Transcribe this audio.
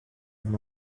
can